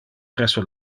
presso